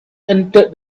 entered